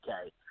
okay